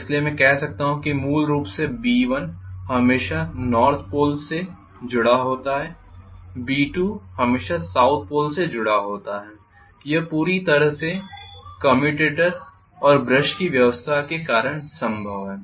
इसलिए मैं कह सकता हूं कि मूल रूप से B1 हमेशा नॉर्थ पोल से जुड़ा होता है और B2 हमेशा साउथ पोल से जुड़ा होता है यह पूरी तरह से कम्यूटेटर और ब्रश की व्यवस्था के कारण संभव है